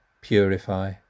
purify